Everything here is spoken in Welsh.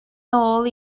nôl